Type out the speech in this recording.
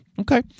Okay